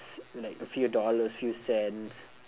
like a few dollars few cents